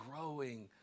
growing